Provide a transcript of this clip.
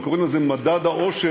הם קוראים לזה "מדד האושר",